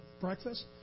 breakfast